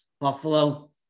Buffalo